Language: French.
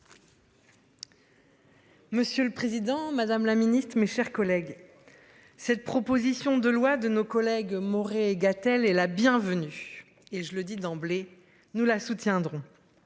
Monsieur le Président Madame la Ministre, mes chers collègues. Cette proposition de loi de nos collègues. Gatel est la bienvenue et je le dis d'emblée nous la soutiendrons.